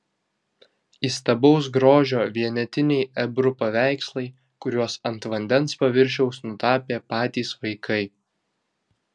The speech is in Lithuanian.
įstabaus grožio vienetiniai ebru paveikslai kuriuos ant vandens paviršiaus nutapė patys vaikai